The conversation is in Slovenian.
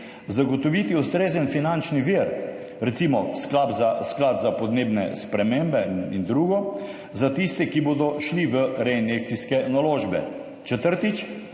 Zagotoviti ustrezen finančni vir, recimo sklad za podnebne spremembe in drugo, za tiste, ki bodo šli v reinjekcijske naložbe. Četrtič.